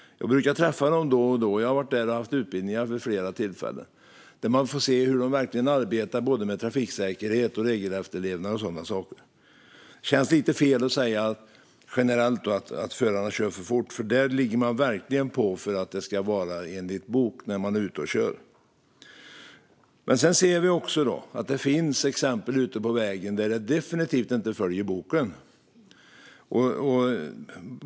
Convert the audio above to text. Jag brukar träffa dem då och då, och jag har varit där och haft utbildningar vid flera tillfällen och har sett hur de arbetar med trafiksäkerhet, regelefterlevnad och sådana saker. Det känns lite fel att säga att förare generellt kör för fort, för där ligger man verkligen på för att det ska vara enligt bok när förare är ute och kör. Men vi ser också exempel ute på vägarna där man definitivt inte följer boken.